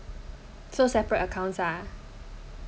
so separate accounts lah